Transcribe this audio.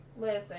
Listen